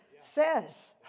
says